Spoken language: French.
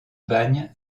bagne